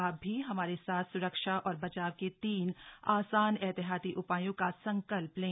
आप भी हमारे साथ स्रक्षा और बचाव के तीन आसान एहतियाती उपायों का संकल्प लें